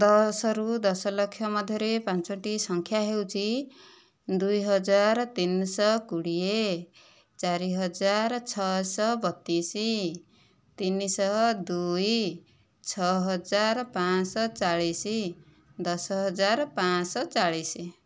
ଦଶରୁ ଦଶ ଲକ୍ଷ ମଧ୍ୟରେ ପାଞ୍ଚଟି ସଂଖ୍ୟା ହେଉଛି ଦୁଇ ହଜାର ତିନିଶହ କୋଡ଼ିଏ ଚାରି ହଜାର ଛଅଶହ ବତିଶି ତିନିଶହ ଦୁଇ ଛଅହଜାର ପାଞ୍ଚଶହ ଚାଳିଶି ଦଶ ହଜାର ପାଞ୍ଚଶହ ଚାଳିଶି